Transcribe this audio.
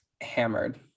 hammered